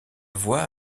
voie